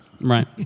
Right